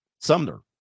Sumner